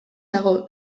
dago